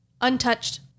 Untouched